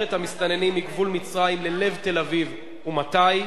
את המסתננים מגבול מצרים ללב תל-אביב ומתי?